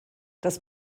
das